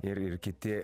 ir ir kiti